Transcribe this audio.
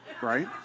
right